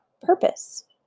purpose